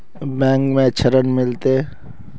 Bank में ऋण मिलते?